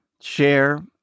share